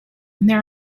there